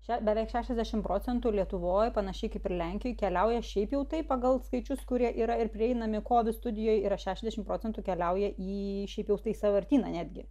čia beveik šešiasdešimt procentų lietuvoj panašiai kaip ir lenkijoj keliauja šiaip jau tai pagal skaičius kurie yra ir prieinami kodų studijoje yra šešiasdešimt procentų keliauja jį šiaip jau į sąvartyną netgi